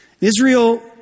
Israel